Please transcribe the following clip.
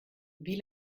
wie